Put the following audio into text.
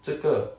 这个